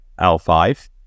L5